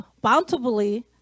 bountifully